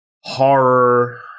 horror